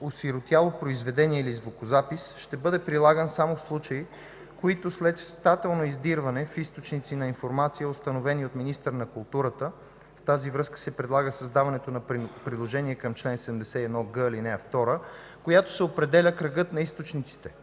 „осиротяло” произведение или звукозапис ще бъде прилаган само в случаи, в които след щателно издирване в източници на информация, установени от министъра на културата (в тази връзка се предлага създаването на Приложение към чл. 71г, ал. 2, където се определя кръгът на източниците)